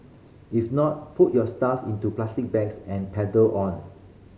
if not put your stuff into plastic bags and pedal on